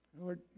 Lord